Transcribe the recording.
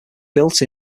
built